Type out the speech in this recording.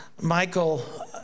Michael